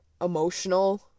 emotional